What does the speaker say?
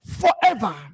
forever